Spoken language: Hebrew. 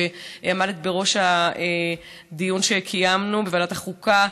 שעמדת בראש הדיון שקיימנו בוועדת החוקה.